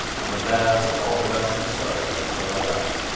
and the baths of all the western stars until i die.